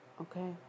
Okay